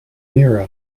near